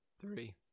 Three